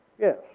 yes